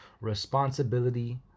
responsibility